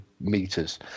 meters